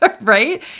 Right